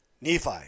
Nephi